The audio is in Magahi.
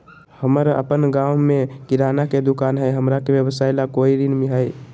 हमर अपन गांव में किराना के दुकान हई, हमरा के व्यवसाय ला कोई ऋण हई?